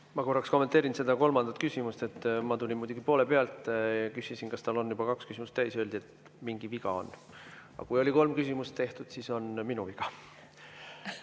Ma korraks kommenteerin seda kolmandat küsimust. Ma tulin muidugi poole pealt. Kui küsisin, kas tal on juba kaks küsimust täis, siis öeldi, et mingi viga on. Aga kui oli kolm küsimust tehtud, siis on minu viga.